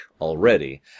already